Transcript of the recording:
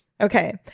Okay